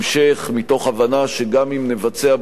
מתוך הבנה שגם אם נבצע בו שינויים,